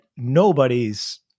Nobody's